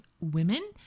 women